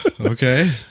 Okay